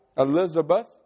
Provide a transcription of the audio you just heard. Elizabeth